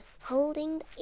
holding